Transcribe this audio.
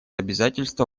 обязательство